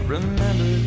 Remember